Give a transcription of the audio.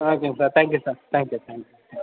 ஓகேங் sir thank you sir thank you